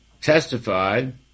testified